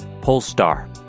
Polestar